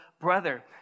brother